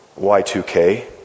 Y2K